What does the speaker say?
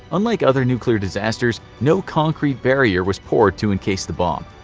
unlike other nuclear disasters, no concrete barrier was poured to encase the bomb.